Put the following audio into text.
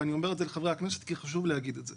ואני אומר את זה לחברי הכנסת כי חשוב להגיד את זה,